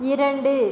இரண்டு